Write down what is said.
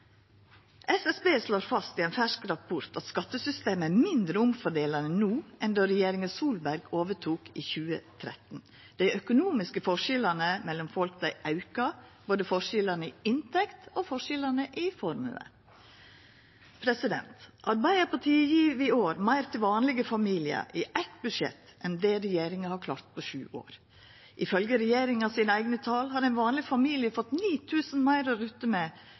SSB slår fast i ein fersk rapport at skattesystemet er mindre omfordelande no enn då regjeringa Solberg overtok i 2013. Dei økonomiske forskjellane mellom folk aukar, både forskjellane i inntekt og forskjellane i formue. Arbeidarpartiet gjev i år meir til vanlege familiar i eitt budsjett enn det regjeringa har klart på sju år. Ifølgje regjeringas eigne tal har ein vanleg familie fått 9 000 kr meir å rutta med